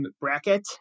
bracket